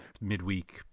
midweek